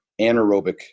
anaerobic